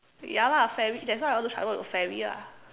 ya lah fairy that's why I want to transform into fairy lah